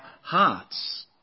hearts